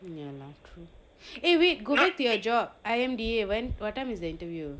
ya lah true eh wait go back to your job I_M_D_A when what time is the interview